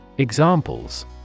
Examples